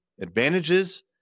advantages